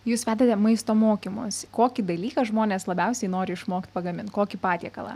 jūs vedate maisto mokymosi kokį dalyką žmonės labiausiai nori išmokt pagamint kokį patiekalą